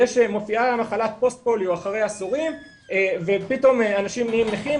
מופיעה מחלת פוסט-פוליו אחרי עשורים ופתאום אנשים נהיים נכים,